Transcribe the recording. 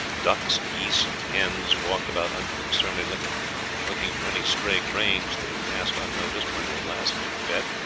ducks, geese, and hens walked about unconcernedly looking for any stray grains that had passed unnoticed when they had last been fed,